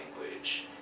language